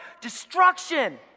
Destruction